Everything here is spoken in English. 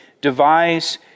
devise